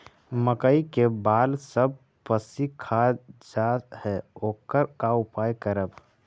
मकइ के बाल सब पशी खा जा है ओकर का उपाय करबै?